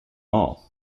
all